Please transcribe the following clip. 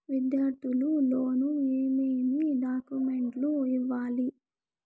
విద్యార్థులు లోను ఏమేమి డాక్యుమెంట్లు ఇవ్వాలి?